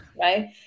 Right